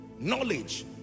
knowledge